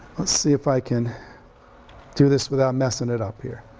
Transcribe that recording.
let's see if i can do this without messin' it up here.